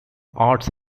arts